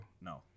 No